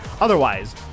Otherwise